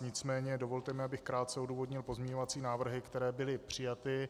Nicméně dovolte mi, abych krátce odůvodnil pozměňovací návrhy, které byly přijaty.